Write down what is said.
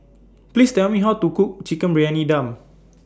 Please Tell Me How to Cook Chicken Briyani Dum